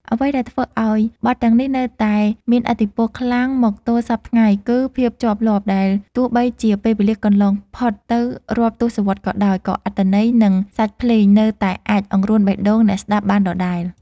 អ្វីដែលធ្វើឱ្យបទទាំងនេះនៅតែមានឥទ្ធិពលខ្លាំងមកទល់សព្វថ្ងៃ គឺ ភាពជាប់លាប់ ដែលទោះបីជាពេលវេលាកន្លងផុតទៅរាប់ទសវត្សរ៍ក៏ដោយ ក៏អត្ថន័យ និងសាច់ភ្លេងនៅតែអាចអង្រួនបេះដូងអ្នកស្ដាប់បានដដែល។